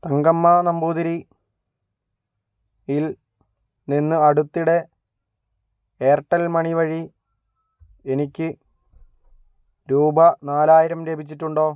തങ്കമ്മ നമ്പൂതിരി യിൽ നിന്ന് അടുത്തിടെ എയർടെൽ മണി വഴി എനിക്ക് രൂപ നാലായിരം ലഭിച്ചിട്ടുണ്ടോ